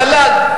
התל"ג,